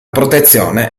protezione